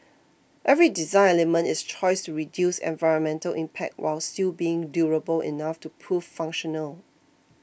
every design element is a choice to reduce environmental impact while still being durable enough to prove functional